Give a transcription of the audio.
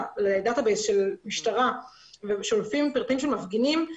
לדאתה בייס של המשטרה ושולפים פרטים של מפגינים,